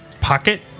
Pocket